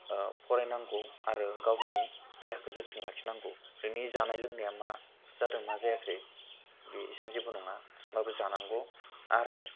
फरायनांगौ आरो गावनि देहाखौ जोथोन लाखिनांगौ नोंनि जानाय लोंनाया मा जादों मा जायाखै बे एसेबां जेबो नङा होनबाबो जानांगौ आरो